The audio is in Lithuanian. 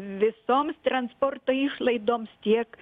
visoms transporto išlaidoms tiek